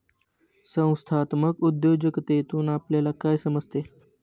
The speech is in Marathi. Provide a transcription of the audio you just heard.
संस्थात्मक उद्योजकतेतून आपल्याला काय समजते?